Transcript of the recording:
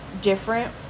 different